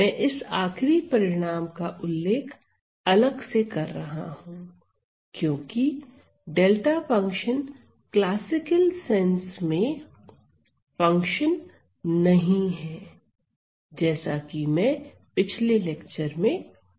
मैं इस आखिरी परिणाम का उल्लेख अलग से कर रहा हूं क्योंकि डेल्टा फंक्शन क्लासिकल सेंस में फंक्शन नहीं है जैसा कि मैं पिछले लेक्चर में बता चुका हूं